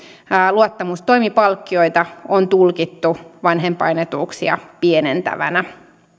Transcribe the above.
luottamustoimipalkkioita on tulkittu vanhempainetuuksia pienentävänä